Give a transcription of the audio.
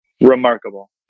Remarkable